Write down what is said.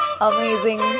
amazing